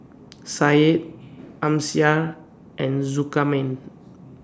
Syed Amsyar and Zulkarnain